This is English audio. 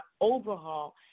overhaul